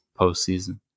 postseason